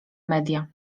media